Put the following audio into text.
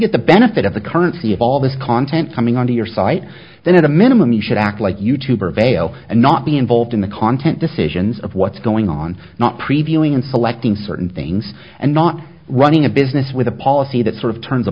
get the benefit of the currency of all this content coming on to your site then at a minimum you should act like you tube or veil and not be involved in the content decisions of what's going on not previewing and selecting certain things and not running a business with a policy that sort of turns a